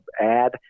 add